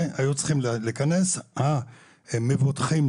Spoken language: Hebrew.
והיו צריכים להיכנס המבוטחים,